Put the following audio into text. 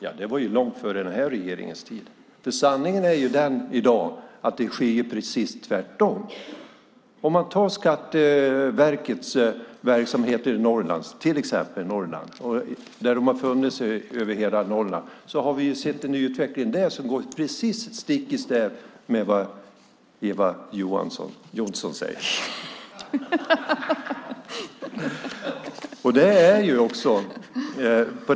Ja, det var långt före den här regeringens tid. Sanningen är att det som sker i dag är det alldeles motsatta. Man kan ta Skatteverkets verksamhet i Norrland som exempel. Den har funnits över hela Norrland, men utvecklingen går stick i stäv med vad Eva Johnsson säger.